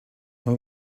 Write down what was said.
know